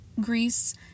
Greece